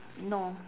no